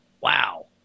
wow